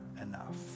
enough